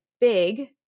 big